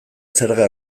zerga